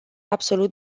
absolut